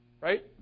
Right